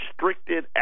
restricted